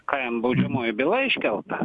ką jam baudžiamoji byla iškelta